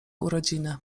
urodziny